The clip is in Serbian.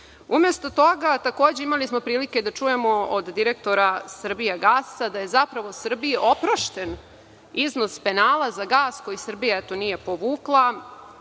gasa? Umesto toga, takođe imali smo prilike da čujemo od direktora „Srbijagasa“ da je zapravo Srbiji oprošten iznos penala za gas koji Srbija eto nije povukla